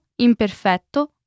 imperfetto